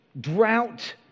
drought